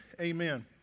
Amen